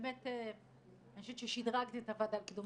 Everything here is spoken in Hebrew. באמת אני חושבת ששדרגת את הוועדה לקידום